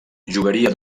jugaria